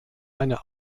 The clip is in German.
eine